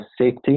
safety